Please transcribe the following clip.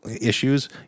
issues